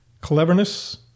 Cleverness